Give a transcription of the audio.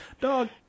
Dog